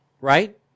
right